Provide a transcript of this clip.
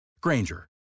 Granger